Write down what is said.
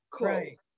Right